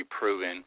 proven